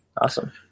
Awesome